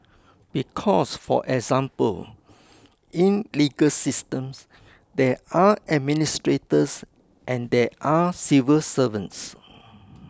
because for example in legal systems there are administrators and there are civil servants